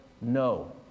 No